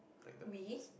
we